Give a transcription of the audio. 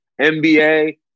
NBA